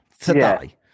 today